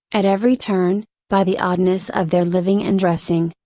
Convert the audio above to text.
at every turn, by the oddness of their living and dressing.